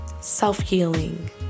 self-healing